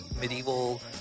medieval